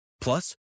Plus